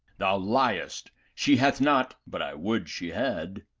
thou liest, she hath not but i would she had.